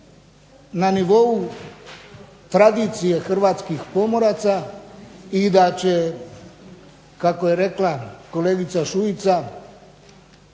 na nivou tradicije hrvatskih pomoraca i da će kako je rekla kolegica Šuica